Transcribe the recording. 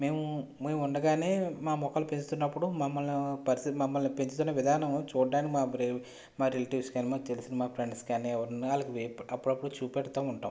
మేము మేము ఉండగానే మా మొక్కలు పెంచుతున్నప్పుడు మమ్మల్ని పరిస్తితి మమ్మల్ని పెంచుతున్న విధానం చూడటానికి మా బ్రె మా రిలేటివ్స్ కానీ మాకు తెలిసిన మా ఫ్రెండ్స్ కానీ ఎవరో వాళ్ళకి అప్పుడప్పుడు చూపెడుతూ ఉంటాము